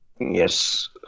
Yes